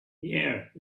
yeah